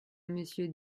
monsieur